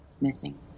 missing